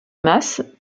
masse